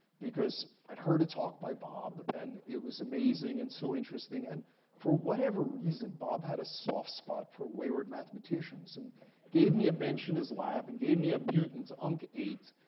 because i'd heard a talk by bob and it was amazing and so interesting. and for whatever reason, bob had a soft spot for wayward mathematicians and gave me a bench in his lab, and gave me a mutant, unc eight.